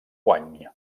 guany